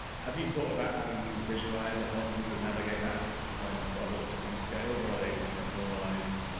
have you thought about how you visualize or help users navigate that when you've got a lot of different scales? are they all kind of normalized?